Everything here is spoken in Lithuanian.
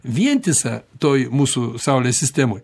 vientisa toj mūsų saulės sistemoj